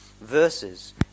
verses